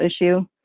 issue